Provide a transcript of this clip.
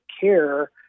care